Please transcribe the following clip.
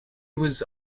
was